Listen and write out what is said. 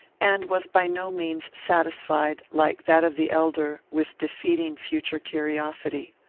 and was by no means satisfied, like that of the elder, with defeating future curiosity.